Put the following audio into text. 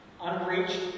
unreached